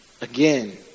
again